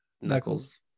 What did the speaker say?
knuckles